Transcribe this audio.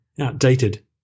outdated